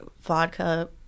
vodka